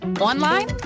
online